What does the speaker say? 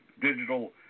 digital